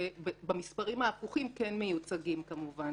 שבמספרים ההפוכים כן מיוצגים כמובן,